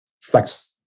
flex